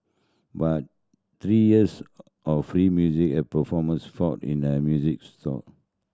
but three years of free music a performance in their music store